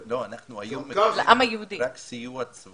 לא, אנחנו היום מקבלים רק סיוע צבאי.